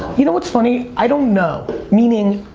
you know what's funny? i don't know. meaning,